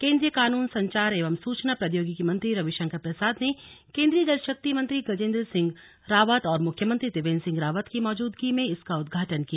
केंद्रीय कानून संचार एवं सूचना प्रोद्यौगिकी मंत्री रविशंकर प्रसाद ने केंद्रीय जलशक्ति मंत्री गजेंद्र सिंह रावत और मुख्यमंत्री त्रिवेंद्र सिंह रावत की मौजूदगी में इसका उद्घाटन किया